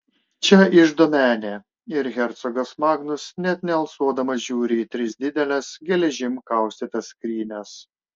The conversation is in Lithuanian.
čia iždo menė ir hercogas magnus net nealsuodamas žiūri į tris dideles geležim kaustytas skrynias